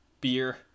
beer